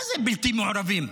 מה זה בלתי מעורבים?